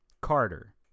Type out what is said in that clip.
Carter